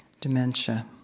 dementia